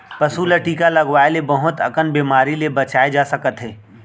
पसू ल टीका लगवाए ले बहुत अकन बेमारी ले बचाए जा सकत हे